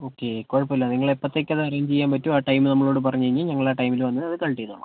okay കുഴപ്പം ഇല്ല നിങ്ങൾ എപ്പോഴത്തേക്കാണ് അത് അറേഞ്ച് ചെയ്യാൻ പറ്റുക ആ ടൈം നമ്മളോട് പറഞ്ഞ് കഴിഞ്ഞാൽ ഞങ്ങൾ ആ ടൈമിൽ വന്ന് അത് കളക്ട് ചെയ്തോളാം